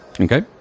Okay